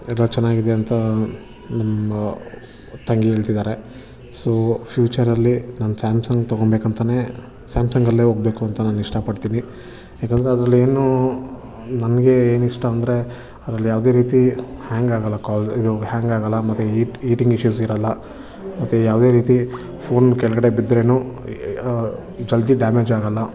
ಎಲ್ಲ ಚೆನ್ನಾಗಿದ್ಯಂತ ತಂಗಿ ಹೇಳ್ತಿದ್ದಾರೆ ಸೊ ಫ್ಯೂಚರಲ್ಲಿ ನಾನು ಸ್ಯಾಮ್ಸಂಗ್ ತಗೋಬೇಕಂತಲೇ ಸ್ಯಾಮ್ಸಂಗ್ ಅಲ್ಲೇ ಹೋಗ್ಬೇಕು ಅಂತ ನಾನು ಇಷ್ಟಪಡ್ತೀನಿ ಏಕೆಂದ್ರೆ ಅದರಲ್ಲೇನೋ ನನಗೆ ಏನು ಇಷ್ಟ ಅಂದರೆ ಅದ್ರಲ್ಲಿ ಯಾವುದೇ ರೀತಿ ಹ್ಯಾಂಗ್ ಆಗಲ್ಲ ಕಾಲ್ ಇದು ಹ್ಯಾಂಗ್ ಆಗಲ್ಲ ಮತ್ತೆ ಈಟ್ ಈಟಿಂಗ್ ಇಶ್ಯೂಸ್ ಇರಲ್ಲ ಮತ್ತೆ ಯಾವುದೇ ರೀತಿ ಫೋನ್ ಕೆಳಗಡೆ ಬಿದ್ದರೂನೂ ಜಲ್ದಿ ಡ್ಯಾಮೇಜ್ ಆಗಲ್ಲ